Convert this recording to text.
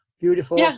Beautiful